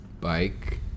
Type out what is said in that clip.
bike